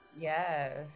Yes